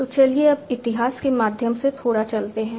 तो चलिए अब इतिहास के माध्यम से थोड़ा चलते हैं